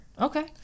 okay